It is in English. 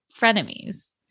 frenemies